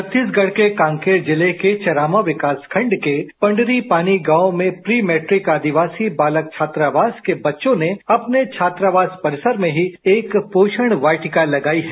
छत्तीसगढ़ के कांकेर जिले के चारामा विकासखंड के पंडरीपानी गांवमें प्री मैट्रिक आदिवासी बालक छात्रावास के बच्चों ने अपने छात्रावास परिसर में ही एक पोषण वाटिका लगाई है